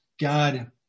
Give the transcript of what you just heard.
God